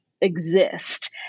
exist